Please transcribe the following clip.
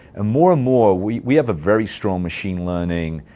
more and more, we have a very strong machine learning,